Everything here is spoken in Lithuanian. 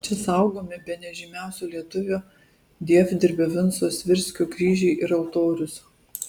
čia saugomi bene žymiausio lietuvių dievdirbio vinco svirskio kryžiai ir altorius